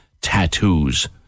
tattoos